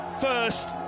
First